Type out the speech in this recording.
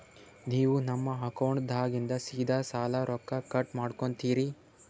ನೀವು ನಮ್ಮ ಅಕೌಂಟದಾಗಿಂದ ಸೀದಾ ಸಾಲದ ರೊಕ್ಕ ಕಟ್ ಮಾಡ್ಕೋತೀರಿ?